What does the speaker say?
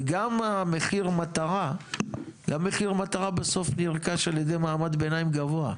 וגם מחיר המטרה בסוף נרכש על ידי מעמד ביניים גבוה.